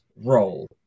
role